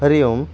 हरिः ओम्